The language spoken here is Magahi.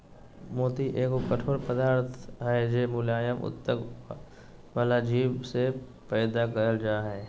मोती एगो कठोर पदार्थ हय जे मुलायम उत्तक वला जीव से पैदा करल जा हय